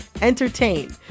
entertain